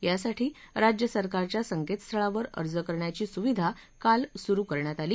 यासाठी राज्य सरकारच्या संकेतस्थळावर अर्ज करण्याची सुविधा काल सुरू करण्यात आली